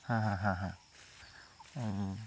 হা হা হা হা